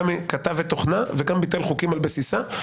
גם כתב את תוכנה וגם ביטל חוקים על בסיסה,